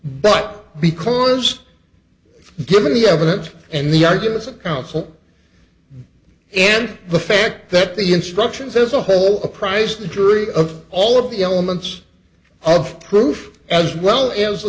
but because given the evidence and the arguments of counsel and the fact that the instructions as a whole apprised the jury of all of the elements of proof as well as the